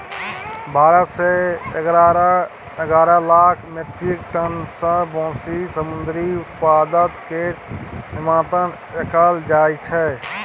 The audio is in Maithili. भारत सँ एगारह लाख मीट्रिक टन सँ बेसी समुंदरी उत्पाद केर निर्यात कएल जाइ छै